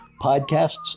podcasts